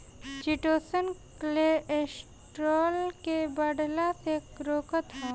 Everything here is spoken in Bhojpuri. चिटोसन कोलेस्ट्राल के बढ़ला से रोकत हअ